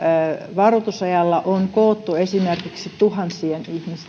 varoitusajalla on koottu esimerkiksi tuhansien